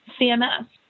CMS